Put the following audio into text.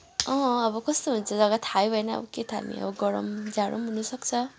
अँ अब कस्तो हुन्छ जग्गा थाहै भएन अब के थाहा नि अब गरम जाडो पनि हुनसक्छ